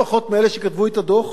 ולמצוא את שביל הזהב,